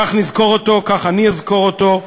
כך נזכור אותו, כך אני אזכור אותו,